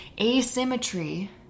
asymmetry